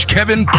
Kevin